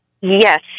Yes